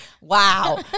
Wow